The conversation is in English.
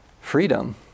freedom